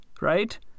right